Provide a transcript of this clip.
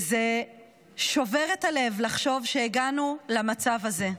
וזה שובר את הלב לחשוב שהגענו למצב הזה.